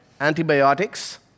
antibiotics